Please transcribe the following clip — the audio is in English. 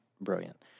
brilliant